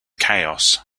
chaos